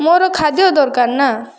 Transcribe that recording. ମୋର ଖାଦ୍ୟ ଦରକାର ନା